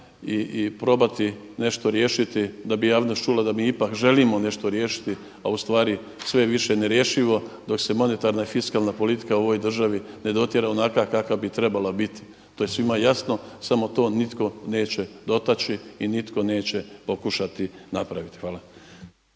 i probati nešto riješiti da bi javnost čula da mi ipak želimo nešto riješiti a ustvari sve je više ne rješivo dok se monetarna i fiskalna politika u ovoj državi ne dotjera onakva kakva bi trebala biti. To je svima jasno samo to nitko neće dotaći i nitko neće pokušati napraviti. Hvala.